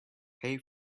pay